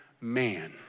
man